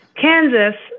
Kansas